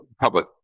public